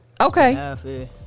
okay